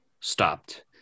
stopped